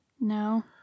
No